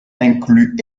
inclut